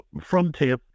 frontier